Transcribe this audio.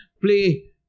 play